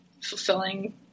fulfilling